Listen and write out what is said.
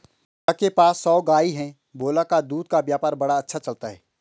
भोला के पास सौ गाय है भोला का दूध का व्यापार बड़ा अच्छा चलता है